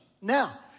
Now